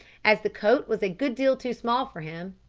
as the coat was a good deal too small for him,